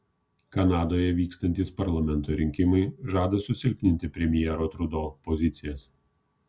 kanadoje vykstantys parlamento rinkimai žada susilpninti premjero trudo pozicijas